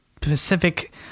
pacific